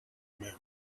moon